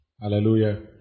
Hallelujah